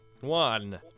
One